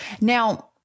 Now